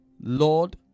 Lord